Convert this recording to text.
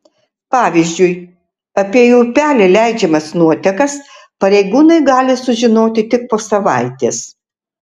pavyzdžiui apie į upelį leidžiamas nuotekas pareigūnai gali sužinoti tik po savaitės